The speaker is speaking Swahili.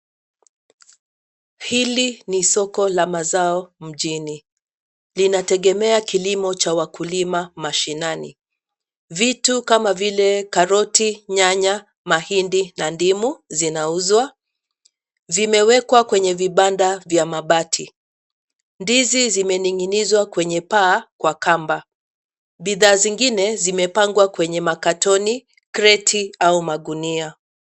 Hili ni soko la mazao mjini. Linategemea kilimo cha wakulima mashinani. Vitu kama vile karoti, nyanya, mahindi na ndimu zinauzwa. Vimewekwa kwenye vibanda vya mabati. Ndizi zimeninginizwa kwenye paa kwa kamba. Bidhaa zingine zimepangwa kwenye makatoni. creati au magunia.